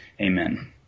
Amen